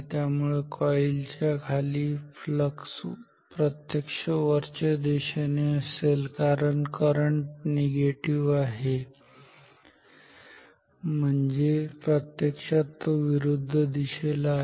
त्यामुळे या कॉईल च्या खाली फ्लक्स प्रत्यक्ष वरच्या दिशेने असेल कारण करंट निगेटिव्ह आहे म्हणजे प्रत्यक्षात तो विरुद्ध दिशेला आहे